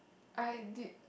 I did